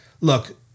look